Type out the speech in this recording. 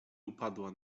upadła